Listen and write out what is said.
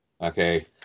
Okay